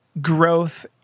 growth